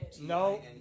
No